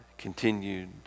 continued